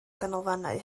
ganolfannau